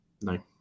no